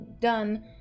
done